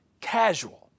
casual